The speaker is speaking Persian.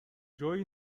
جویی